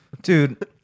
Dude